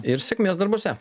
ir sėkmės darbuose